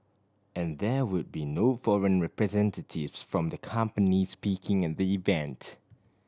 and there would be no foreign representatives from the companies speaking at the event